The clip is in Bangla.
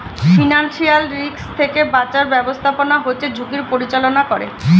ফিনান্সিয়াল রিস্ক থেকে বাঁচার ব্যাবস্থাপনা হচ্ছে ঝুঁকির পরিচালনা করে